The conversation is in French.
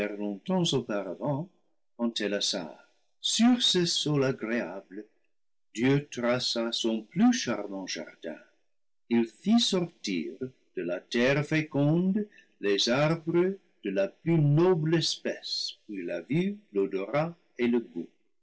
sur ce sol agréable dieu traça son plus charmant jardin il fît sortir de la terre féconde les arbres de la plus noble espèce pour la vue l'odorat et le goût